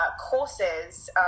courses